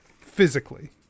physically